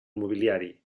mobiliari